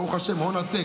ברוך השם, הון עתק.